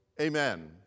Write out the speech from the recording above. amen